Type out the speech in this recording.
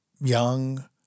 young